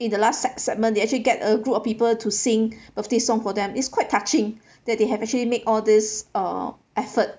in the last seg~ segment they actually get a group of people to sing birthday song for them is quite touching that they have actually make all these uh effort